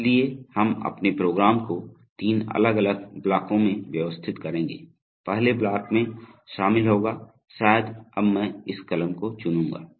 इसलिए हम अपने प्रोग्राम को तीन अलग अलग ब्लॉकों में व्यवस्थित करेंगे पहले ब्लॉक में शामिल होगा शायद अब मैं इस कलम को चुनूंगा